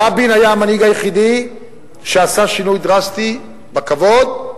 רבין היה המנהיג היחידי שעשה שינוי דרסטי בכבוד,